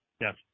yes